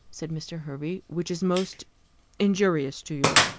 said mr. hervey, which is most injurious to you.